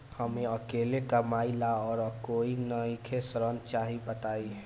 हम अकेले कमाई ला और कोई नइखे ऋण चाही बताई?